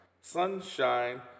Sunshine